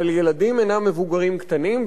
אבל ילדים אינם מבוגרים קטנים,